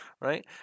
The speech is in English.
right